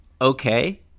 okay